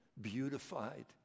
beautified